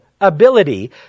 ability